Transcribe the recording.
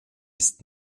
ist